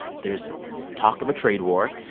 there's talk of a trade war.